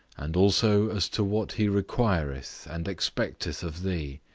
and also as to what he requireth and expecteth of thee,